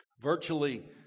Virtually